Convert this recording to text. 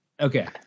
Okay